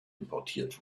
importiert